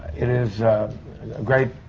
it is a great.